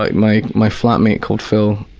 like my my flat mate called phil,